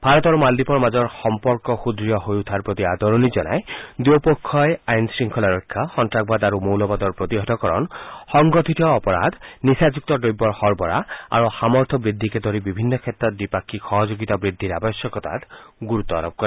ভাৰত আৰু মালদ্বীপৰ মাজৰ সম্পৰ্ক সূদঢ় হৈ উঠাৰ প্ৰতি আদৰণি জনাই দুয়ো পক্ষই আইন শৃংখলা ৰক্ষা সন্তাসবাদ আৰু মৌলবাদৰ প্ৰতিহতকৰণ সংগঠিত অপৰাধ নিচাযুক্ত দ্ৰব্যৰ সৰবৰাহ আৰু সামৰ্থ বৃদ্ধিকে ধৰি বিভিন্ন ক্ষেত্ৰত দ্বিপাক্ষিক সহযোগিতা বৃদ্ধিৰ আৱশ্যকতাত গুৰুত্ব আৰোপ কৰে